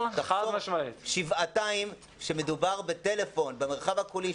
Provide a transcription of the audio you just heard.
זה חל שבעתיים כשמדובר בטלפון במרחב הקולי,